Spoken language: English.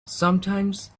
sometimes